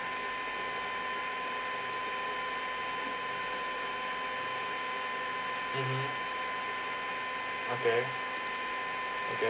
mmhmm okay okay